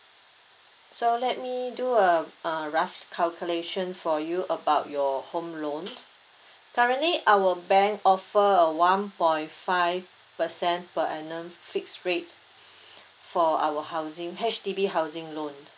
so let me do a uh rough calculation for you about your home loan currently our bank offer a one point five percent per annum fixed rate for our housing H_D_B housing loan